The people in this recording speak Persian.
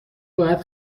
باید